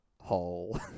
hole